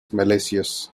malicious